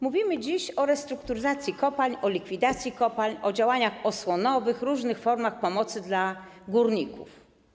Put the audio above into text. Mówimy dziś o restrukturyzacji kopalń, o likwidacji kopalń, o działaniach osłonowych, różnych formach pomocy dla górników.